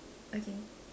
okay